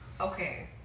Okay